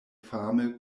fame